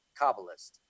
Kabbalist